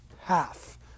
half